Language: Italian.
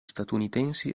statunitensi